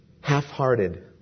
Half-hearted